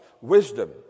wisdom